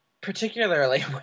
particularly